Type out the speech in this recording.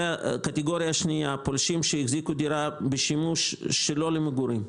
קטגוריה שנייה - פולשים שהחזיקו דירה בשימוש שלא למגורים,